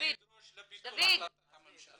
את ביטול החלטת הממשלה.